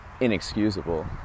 inexcusable